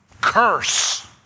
Curse